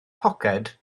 poced